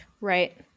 Right